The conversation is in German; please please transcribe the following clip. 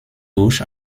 durch